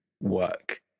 work